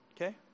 Okay